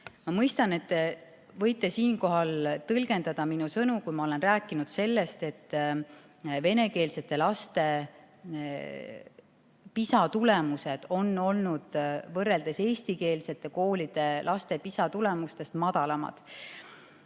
Ma mõistan, et te võite siinkohal tõlgendada minu sõnu, kui ma rääkisin sellest, et venekeelsete laste PISA testide tulemused on olnud võrreldes eestikeelsete koolide laste PISA tulemustega madalamad.